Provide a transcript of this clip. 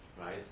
Right